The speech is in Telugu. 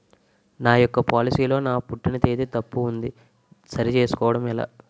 నా యెక్క పోలసీ లో నా పుట్టిన తేదీ తప్పు ఉంది సరి చేసుకోవడం ఎలా?